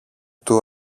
του